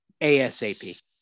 ASAP